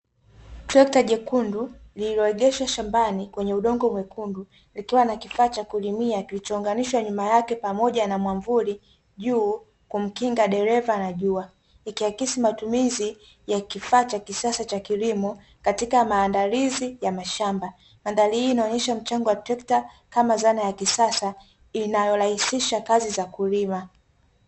Trekta jekundu lililoegeshwa shambani, kwenye udongo mwekundu, likiwa na kifaa cha kulimia kilichounganishwa nyuma yake pamoja na mwamvuli juu kumkinga dereva na jua, likiakisi matumizi ya kifaa cha kisasa cha kilimo, katika maandalizi ya mashamba. Mandhali hii inaonesha mchango wa trekta kama dhana ya kisasa, linalorahisisha kazi za kulima.